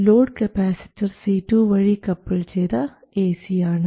load capacitor C2 വഴി couple ചെയ്ത A C ആണ്